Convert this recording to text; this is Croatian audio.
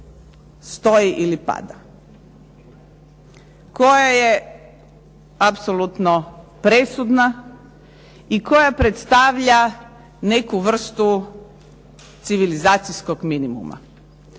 stoji ili pada, koja je apsolutno presudna i koja predstavlja neku vrstu civilizacijskog minimuma.